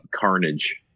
carnage